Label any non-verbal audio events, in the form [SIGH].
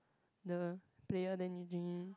the player then you [NOISE]